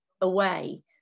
away